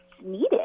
needed